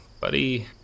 buddy